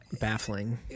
baffling